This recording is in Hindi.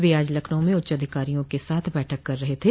वह आज लखनऊ में उच्चाधिकारियों के साथ बैठक कर रहे थे